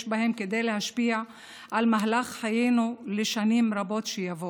בהם כדי להשפיע על מהלך חיינו לשנים רבות שיבואו.